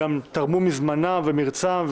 גם תרמו מזמנם וממרצם,